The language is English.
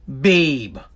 babe